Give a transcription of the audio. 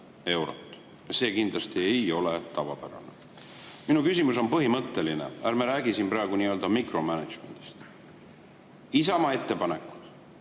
eurot. See kindlasti ei ole tavapärane. Minu küsimus on põhimõtteline. Ärme räägi siin praegu nii-öelda mikromänedžmendist. Isamaa ettepanekud